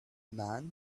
man